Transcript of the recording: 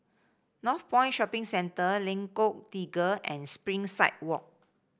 Northpoint Shopping Centre Lengkong Tiga and Springside Walk